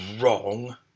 wrong